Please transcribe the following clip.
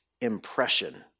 impression